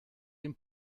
dem